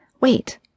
Wait